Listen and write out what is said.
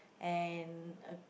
and uh